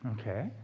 Okay